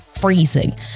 freezing